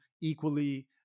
equally